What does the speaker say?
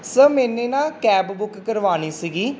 sir ਮੈਨੇ ਨਾ cab book ਕਰਵਾਉਣੀ ਸੀਗੀ